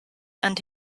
and